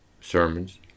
sermons